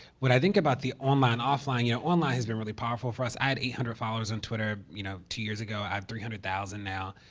when i think about the online offline, you know online has been really powerful for us. i had eight hundred followers on twitter, you know, two years ago. i have three hundred thousand now.